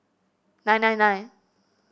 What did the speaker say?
nine nine nine